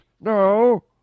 No